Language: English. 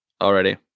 already